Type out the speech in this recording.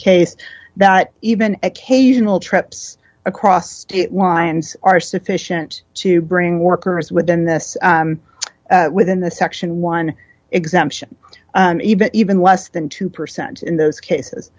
case that even occasional trips across wines are sufficient to bring workers within this within the section one exemption even even less than two percent in those cases